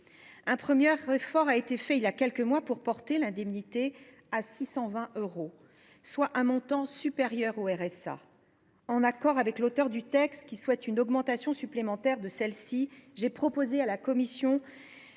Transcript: Un premier effort a été fait voilà quelques mois pour porter l’indemnité à 620 euros, soit un montant supérieur au RSA. En accord avec l’auteur du texte, qui souhaite une augmentation supplémentaire de celle ci, j’ai proposé à la commission